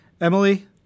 Emily